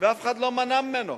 ואף אחד לא מנע ממנו.